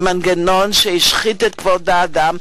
ממנגנון שהשחית את כבוד האדם,